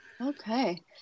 okay